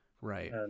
right